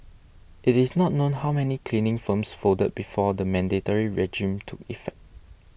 it is not known how many cleaning firms folded before the mandatory regime took effect